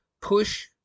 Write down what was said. push